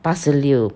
八十六